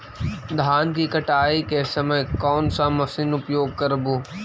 धान की कटाई के समय कोन सा मशीन उपयोग करबू?